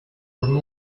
maggior